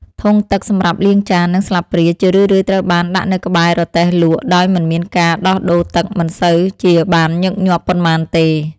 ធុងទឹកសម្រាប់លាងចាន និងស្លាបព្រាជារឿយៗត្រូវបានដាក់នៅក្បែររទេះលក់ដោយមានការដោះដូរទឹកមិនសូវជាបានញឹកញាប់ប៉ុន្មានទេ។